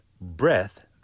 breath